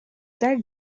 that